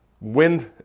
wind